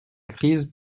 crise